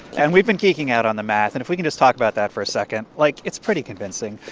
and we've been geeking out on the math. and if we can just talk about that for a second like, it's pretty convincing.